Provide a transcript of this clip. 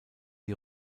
die